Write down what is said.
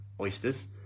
oysters